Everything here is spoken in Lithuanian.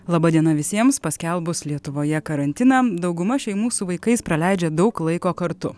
laba diena visiems paskelbus lietuvoje karantiną dauguma šeimų su vaikais praleidžia daug laiko kartu